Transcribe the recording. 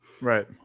Right